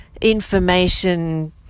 information